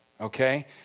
okay